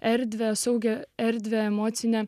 erdvę saugią erdvę emocinę